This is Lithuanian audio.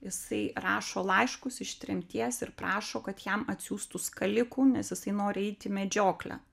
jisai rašo laiškus iš tremties ir prašo kad jam atsiųstų skalikų nes jisai nori eit į medžioklę